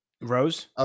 Rose